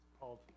called